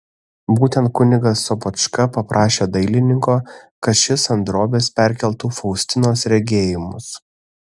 būtent kunigas sopočka paprašė dailininko kad šis ant drobės perkeltų faustinos regėjimus